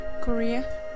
Korea